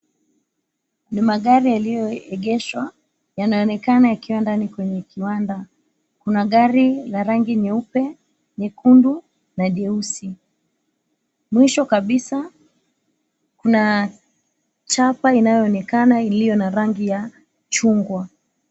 Ni magari yaliyoegeshwa, yanaonekana yakiwa ndani kwenye kiwanda. Kuna gari la rangi nyeupe, nyekundu na jeusi. Mwisho kabisa, kuna chapa inayoonekana iliyo na rangi ya chungwa.